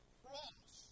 cross